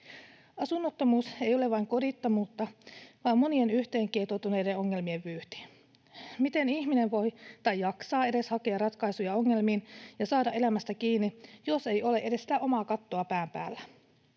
Asunnottomuus ei ole vain kodittomuutta vaan monien yhteen kietoutuneiden ongelmien vyyhti. Miten ihminen voi tai edes jaksaa hakea ratkaisuja ongelmiin ja saada elämästä kiinni, jos ei ole edes sitä omaa kattoa pään päällä?